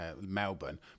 Melbourne